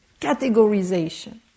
categorization